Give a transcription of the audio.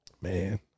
man